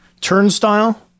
Turnstile